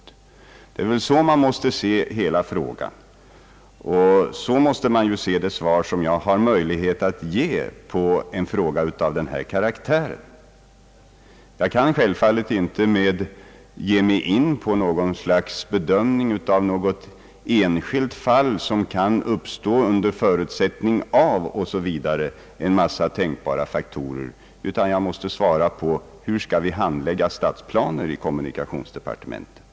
Det är så man måste se hela frågan, och så måste man se det svar som jag har möjlighet att ge på en fråga av denna karaktär. Jag kan självfallet inte ge mig in på något slags bedömning av något enskilt fall som kan uppstå under olika förutsättningar — en massa tänkbara faktorer kan spela in — utan jag måste svara på hur vi i kommunikationsdepartementet skall handlägga stadsplaner.